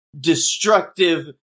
destructive